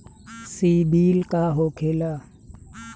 सीबील का होखेला?